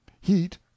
Heat